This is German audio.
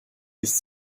ist